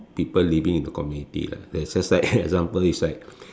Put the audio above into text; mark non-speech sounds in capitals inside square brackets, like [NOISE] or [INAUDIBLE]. people living in the community lah that is just like [NOISE] example is like